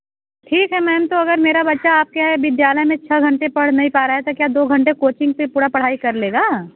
ठीक है मैम तो अगर मेरा बच्चा आपके विद्यालय में छह घंटे पढ़ नहीं पा रहा है तो क्या दो घंटे कोचिंग से पूरा पढ़ाई कर लेगा